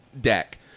deck